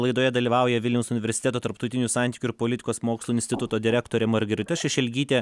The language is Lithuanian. laidoje dalyvauja vilniaus universiteto tarptautinių santykių ir politikos mokslų instituto direktorė margarita šešelgytė